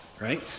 Right